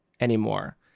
anymore